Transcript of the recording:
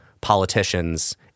politicians